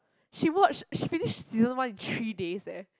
she watched she finished season one in three days eh